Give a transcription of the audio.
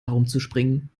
herumzuspringen